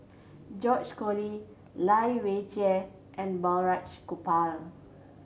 George Collyer Lai Weijie and Balraj Gopal